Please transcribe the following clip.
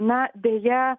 na deja